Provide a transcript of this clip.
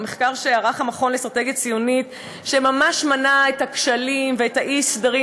המחקר שערך המכון לאסטרטגיה ציונית ממש מנה את הכשלים ואת האי-סדרים,